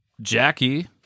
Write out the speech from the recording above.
Jackie